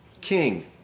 King